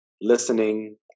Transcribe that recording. listening